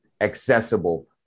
accessible